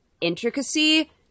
intricacy